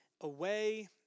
away